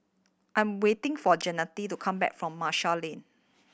I am waiting for Jeanette to come back from Marshall Lane